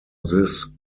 this